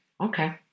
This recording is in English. Okay